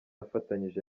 afatanyije